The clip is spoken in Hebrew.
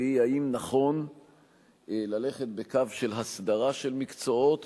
והיא, האם נכון ללכת בקו של הסדרה של מקצועות